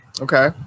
Okay